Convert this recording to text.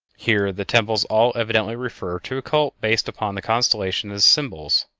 here the temples all evidently refer to a cult based upon the constellations as symbols.